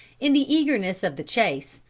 in the eagerness of the chase,